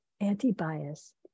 anti-bias